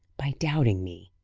by doubting me.